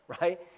right